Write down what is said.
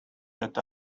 that